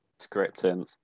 Scripting